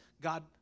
God